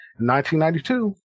1992